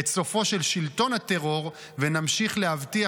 את סופו של שלטון הטרור ונמשיך להבטיח